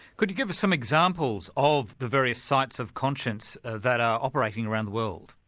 could you give us some examples of the various sites of conscience that are operating around the world?